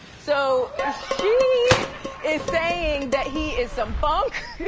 so ah she is saying that he is some bunk.